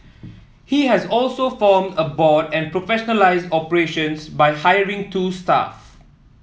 he has also formed a board and professionalised operations by hiring two staff